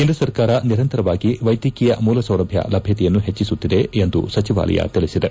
ಕೇಂದ್ರ ಸರ್ಕಾರ ನಿರಂತರವಾಗಿ ವೈದ್ಯಕೀಯ ಮೂಲಸೌಲಭ್ಯ ಲಭ್ಯತೆಯನ್ನು ಹೆಚ್ಚಿಸುತ್ತಿದೆ ಎಂದು ಸಚಿವಾಲಯ ತಿಳಿಸಿದೆ